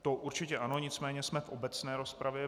To určitě ano, nicméně jsme v obecné rozpravě.